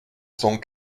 cent